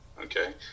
Okay